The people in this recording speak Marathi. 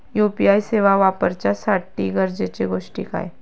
यू.पी.आय सेवा वापराच्यासाठी गरजेचे गोष्टी काय?